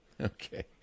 Okay